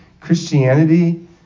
Christianity